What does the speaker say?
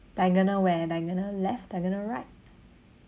diagonal where diagonal left diagonal right